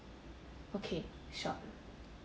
okay sure